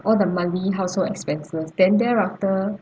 all the monthly household expenses then thereafter